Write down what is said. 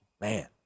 Man